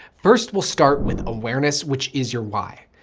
first, we'll start with awareness, which is your why.